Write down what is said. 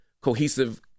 cohesive